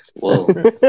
whoa